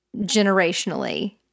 generationally